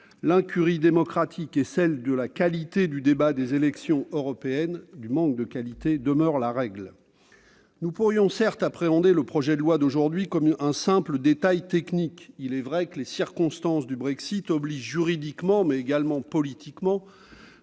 L'incurie démocratique et la médiocre qualité du débat des élections européennes demeurent la règle. Nous pourrions certes appréhender le présent projet de loi comme un simple détail technique. Il est vrai que les circonstances du Brexit obligent juridiquement, mais également politiquement,